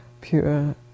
pure